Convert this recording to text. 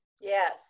yes